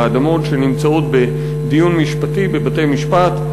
אלא אדמות שנמצאות בדיון משפטי בבתי-משפט,